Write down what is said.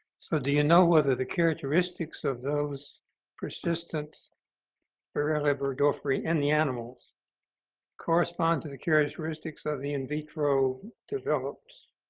so do you know whether the characteristics of those persistent borrelia burgdorferi in and the animals correspond to the characteristics of the in vitro develops